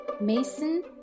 Mason